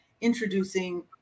introducing